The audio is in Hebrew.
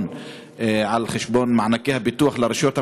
שקלים על חשבון מענקי הפיתוח לרשויות המקומיות,